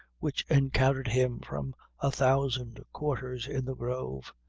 which encountered him from a thousand quarters in the grove,